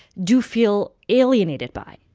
do feel alienated by?